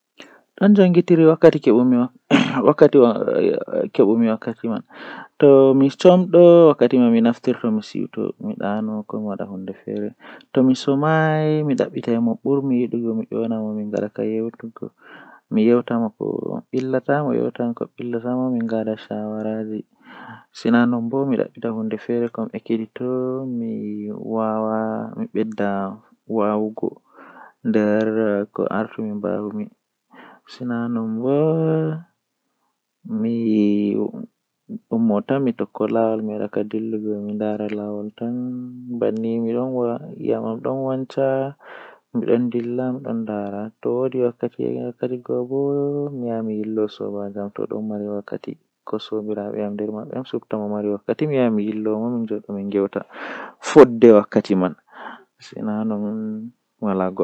Ko ɗum woodani ngal njogorde o woodi fota waawugol ndimaagu, ko nde a naatude e semmbugol ɗi njarɗi kadi ngal konngol Ngal njogorde woodi heɓre ɓuri naatugol haɓugol heɓe, kono kadi ɓe njogirɗi goɗɗum waɗi neɗɗo ka semmbugol Aɗa waawi ɗum ɓuri njiggita ka haɓugol ko njogoree e nde ɓamɗe kadi heɓe heɓre. Kono ngal konngol woodani kaɓe goongɗi, ɗum njikataaɗo